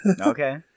Okay